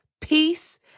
peace